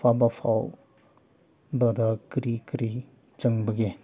ꯐꯥꯕ ꯐꯥꯎꯕꯗ ꯀꯔꯤ ꯀꯔꯤ ꯆꯪꯕꯒꯦ